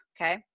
okay